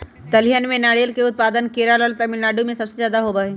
तिलहन में नारियल के उत्पादन केरल और तमिलनाडु में सबसे ज्यादा होबा हई